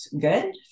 good